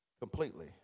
Completely